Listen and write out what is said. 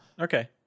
Okay